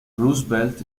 roosevelt